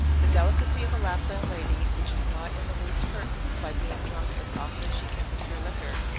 the delicacy of a lapland lady, which is not in the least hurt by being drunk as often as she can procure liquor,